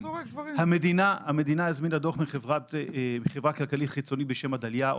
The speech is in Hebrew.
עוד בשנת 2015 המדינה הזמינה דוח מחברה כלכלית חיצונית בשם עדליא.